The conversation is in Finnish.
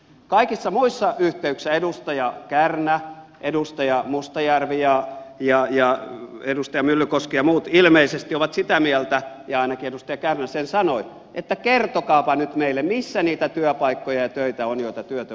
kaikissa muissa yhteyksissä edustaja kärnä edustaja mustajärvi ja edustaja myllykoski ja muut ilmeisesti ovat sitä mieltä ja ainakin edustaja kärnä sen sanoi että kertokaapa nyt meille missä niitä työpaikkoja ja töitä on joita työtön voisi tehdä